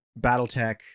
Battletech